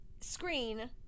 screen